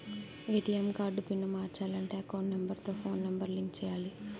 ATM card pin మార్చాలంటే account number తో phone number link చేయాలి